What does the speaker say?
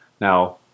Now